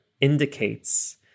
indicates